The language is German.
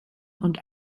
und